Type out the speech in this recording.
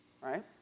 right